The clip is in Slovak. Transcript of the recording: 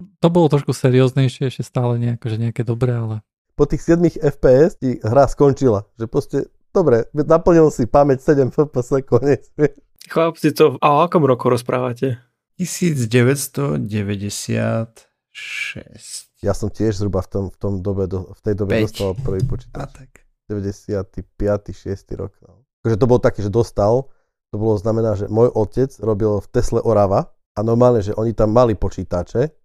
To bolo trošku serióznejšie, ešte stále nie akože nejaké dobré, ale- Po tých 7 FPS ti hra skončila, že proste, dobre, naplnil si pamäť 7 FPS, konec. Chlapci, to- a o akom roku rozprávate? 1996. Ja som tiež zhruba v tom- v tom dobe do- v tej dobe Päť. dostal prvý počítač. A tak. 95., 6. rok, no. Takže to bolo také, že dostal, to bolo znamená, že môj otec robil v Tesla Orava a normálne, že oni tam mali počítače,